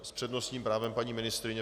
S přednostním právem paní ministryně.